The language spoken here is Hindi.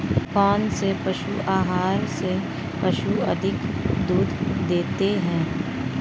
कौनसे पशु आहार से पशु अधिक दूध देते हैं?